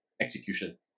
execution